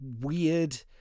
weird